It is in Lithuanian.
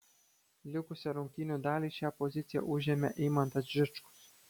likusią rungtynių dalį šią poziciją užėmė eimantas žičkus